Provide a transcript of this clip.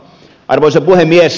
arvoisa puhemies